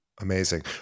Amazing